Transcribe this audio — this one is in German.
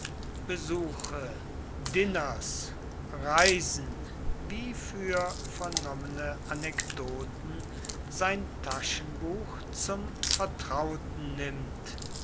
besuche diners reisen wie für vernommene anekdoten sein taschenbuch zum vertrauten nimmt